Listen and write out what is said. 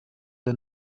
der